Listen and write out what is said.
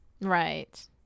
Right